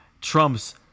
trumps